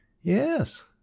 Yes